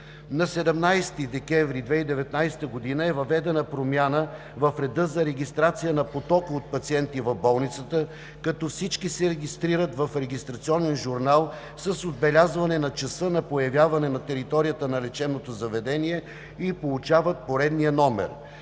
На 17 декември 2019 г. е въведена промяна в реда за регистрация на потока от пациенти в болницата, като всички се регистрират в регистрационен журнал с отбелязване на часа на появяване на територията на лечебното заведение и получават поредния номер.